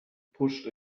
pushed